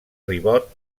ribot